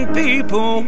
people